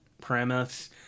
premise